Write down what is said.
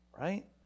right